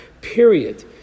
period